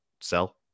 sell